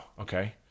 okay